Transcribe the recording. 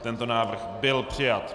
Tento návrh byl přijat.